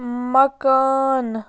مکان